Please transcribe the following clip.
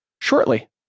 shortly